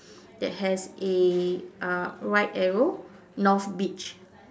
that has a uh right arrow North beach